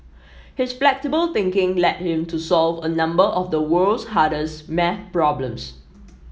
his flexible thinking led him to solve a number of the world's hardest maths problems